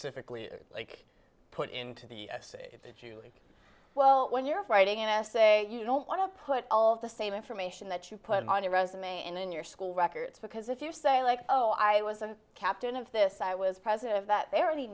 specifically like put into the situation well when you're writing an essay you don't want to put all of the same information that you put on your resume and in your school records because if you say like oh i was a captain of this i was president of that they already